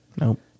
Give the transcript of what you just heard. Nope